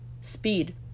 speed